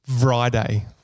Friday